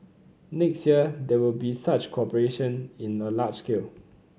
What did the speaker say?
next year there will be such cooperation in a large scale